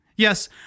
Yes